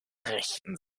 rechten